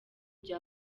bya